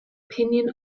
opinion